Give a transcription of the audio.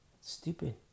Stupid